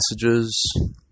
messages